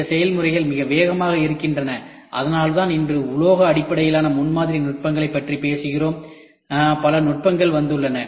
இந்த செயல்முறைகள் மிக வேகமாக இருக்கின்றன அதனால்தான் இன்று உலோக அடிப்படையிலான முன்மாதிரி நுட்பங்களைப் பற்றி பேசுகிறோம் பல நுட்பங்கள் வந்துள்ளன